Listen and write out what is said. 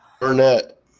Burnett